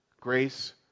grace